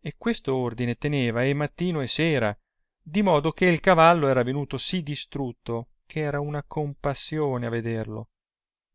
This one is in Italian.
e questo ordine teneva e mattino e sera di modo che l cavallo era venuto si distrutto che era una compassione a vederlo